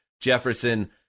Jefferson